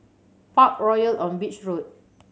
Parkroyal on Beach Road